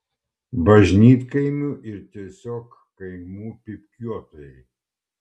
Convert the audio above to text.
bažnytkaimių ir tiesiog kaimų pypkiuotojai